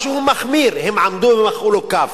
משהו מחמיר, הם עמדו ומחאו לו כף.